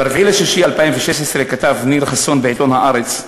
ב-4 ביוני 2016 כתב ניר חסון בעיתון "הארץ"